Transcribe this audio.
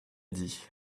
dit